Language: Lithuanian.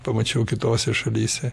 pamačiau kitose šalyse